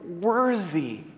worthy